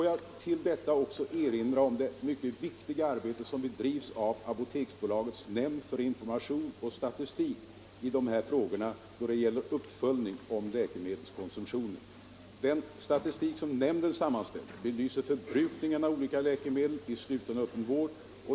Jag vill också erinra om det viktiga arbete som bedrivs av Apoteksbolagets nämnd för information och statistik i fråga om uppföljning av läkemedelskonsumtionen. Den statistik som nämnden sammanställer belyser förbrukningen av olika läkemedel i sluten och öppen vård.